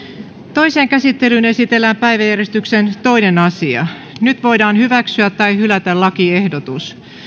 toiseen käsittelyyn esitellään päiväjärjestyksen toinen asia nyt voidaan hyväksyä tai hylätä lakiehdotus